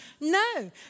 No